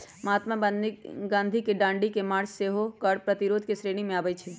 महात्मा गांधी के दांडी मार्च सेहो कर प्रतिरोध के श्रेणी में आबै छइ